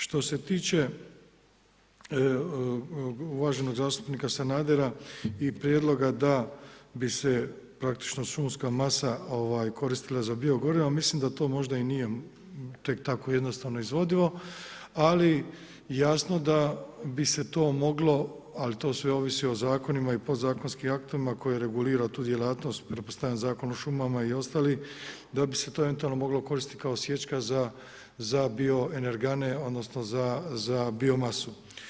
Što se tiče uvaženog zastupnika Sanadera i prijedloga da bi se praktičko šumska masa koristila za bio goriva, mislim da možda to nije tek tako jednostavno izvodivo, ali jasno, da bi se to moglo, ali to sve ovisi o zakonima i podzakonskim aktima, koje regulira tu djelatnost, pretpostavljam Zakon o šumama i ostali, da bi se to eventualno moglo koristiti kao sječka za bio energane, odnosno, za bio masu.